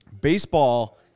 baseball